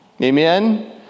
Amen